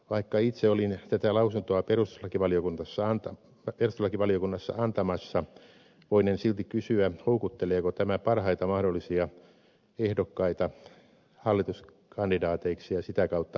vaikka itse olin tätä lausuntoa perustuslakivaliokunnassa antamassa voinen silti kysyä houkutteleeko tämä parhaita mahdollisia ehdokkaita hallituskandidaateiksi ja sitä kautta hallitukseen